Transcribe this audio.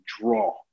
draw